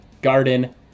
Garden